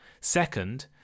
Second